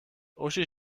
uschi